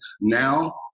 Now